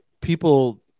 people